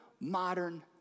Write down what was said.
modern